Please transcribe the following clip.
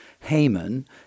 Haman